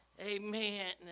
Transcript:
amen